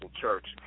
church